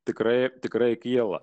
tikrai tikrai kyla